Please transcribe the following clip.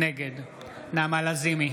נגד נעמה לזימי,